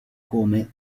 come